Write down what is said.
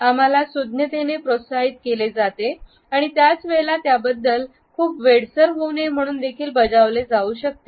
आम्हाला सुज्ञतेने प्रोत्साहित केले जाते आणि त्याच वेळेला याबद्दल खूप वेडसर होऊ नये म्हणून देखील बजावले जाऊ शकते